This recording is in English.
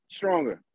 stronger